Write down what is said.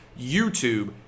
YouTube